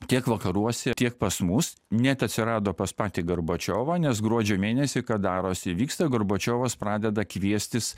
tiek vakaruose tiek pas mus net atsirado pas patį gorbačiovą nes gruodžio mėnesį kad darosi vyksta gorbačiovas pradeda kviestis